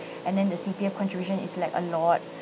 and then the C_P_F contribution is like a lot